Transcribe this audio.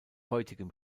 heutigem